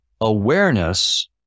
awareness